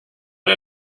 der